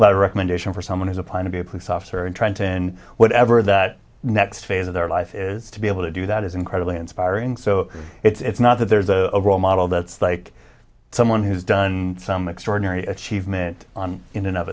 letter recommendation for someone who's applied to be a police officer in trenton and whatever that next phase of their life is to be able to do that is incredibly inspiring so it's not that there's a role model that's like someone who's done some extraordinary achievement in and of